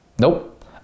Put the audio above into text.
Nope